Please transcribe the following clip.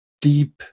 deep